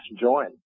join